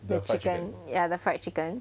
ya the fried chicken